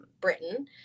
Britain